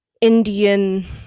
Indian